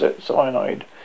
cyanide